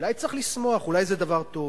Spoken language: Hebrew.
אולי צריך לשמוח, אולי זה דבר טוב,